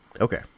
Okay